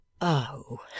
Oh